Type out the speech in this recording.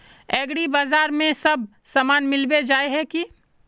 एग्रीबाजार में सब सामान मिलबे जाय है की?